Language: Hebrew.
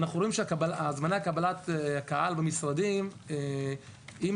אנחנו רואים שזמני קבלת הקהל במשרדים אם